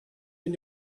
and